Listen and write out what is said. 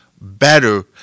better